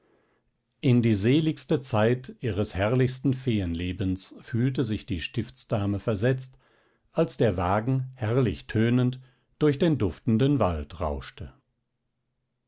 in die seligste zeit ihres herrlichsten feenlebens fühlte sich die stiftsdame versetzt als der wagen herrlich tönend durch den duftenden wald rauschte